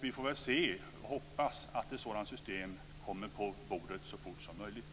Vi får väl se, och vi får väl hoppas att ett sådant system kommer på bordet så snart som möjligt.